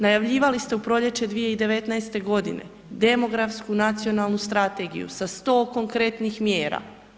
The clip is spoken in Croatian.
Najavljivali ste u proljeće 2019.g. demografsku nacionalnu strategiju sa 100 konkretnih mjera.